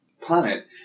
planet